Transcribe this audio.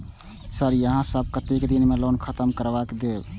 Sir यहाँ सब कतेक दिन में लोन खत्म करबाए देबे?